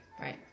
right